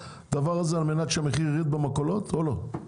הדבר הזה על מנת שהמחיר ירד במכולות או לא?